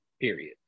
period